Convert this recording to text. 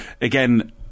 again